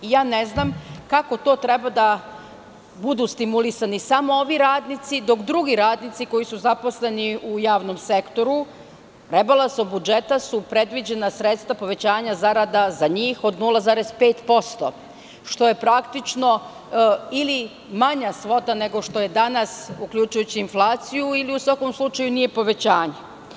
Ne znam kako to treba da budu stimulisani samo ovi radnici, dok drugi radnici koji su zaposleni u javnom sektoru, rebalansom budžeta su predviđena sredstva povećanja zarada za njih od 0,5%, što je praktično ili manja svota nego što je danas, uključujući inflaciju, ili u svakom slučaju nije povećanje.